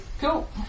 Cool